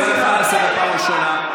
אני קורא אותך לסדר פעם ראשונה.